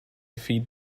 feed